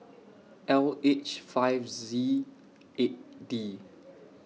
L H five Z eight D